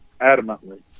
Adamantly